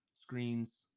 screens